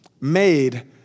made